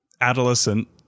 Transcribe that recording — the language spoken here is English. adolescent